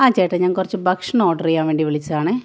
ആ ചേട്ടാ ഞാന് കുറച്ച് ഭക്ഷണം ഒര്ഡര് ചെയ്യാന് വേണ്ടി വിളിച്ചതാണ്